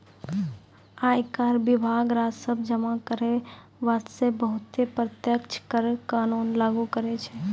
आयकर विभाग राजस्व जमा करै बासतें बहुते प्रत्यक्ष कर कानून लागु करै छै